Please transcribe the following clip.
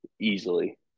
easily